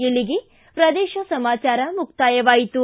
ಇಲ್ಲಿಗೆ ಪ್ರದೇಶ ಸಮಾಚಾರ ಮುಕ್ತಾಯವಾಯಿತು